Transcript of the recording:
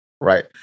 right